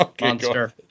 monster